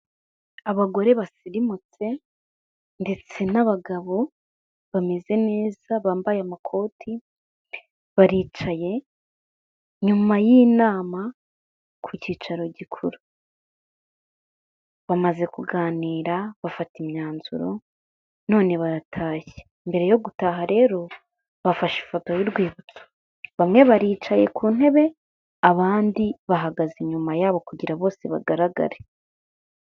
Abagore basirimutse ndetse n'abagabo bameze neza bambaye amakoti, baricaye nyuma y'inama ku cyicaro gikuru . Bamaze kuganira bafata imyanzuro none baratashye, mbere yo gutaha rero bafashe ifoto y'urwibutso, bamwe baricaye ku ntebe abandi bahagaze inyuma yabo kugira bose bagaragare.